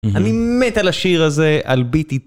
אני מת על השיר הזה, על ביטי.